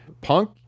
Punk